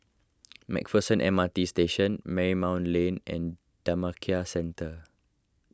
MacPherson M R T Station Marymount Lane and Dhammakaya Centre